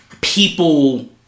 people